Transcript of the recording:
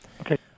Okay